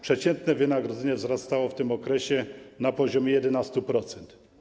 Przeciętne wynagrodzenie wzrastało w tym okresie na poziomie 11%.